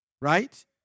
right